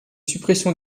suppression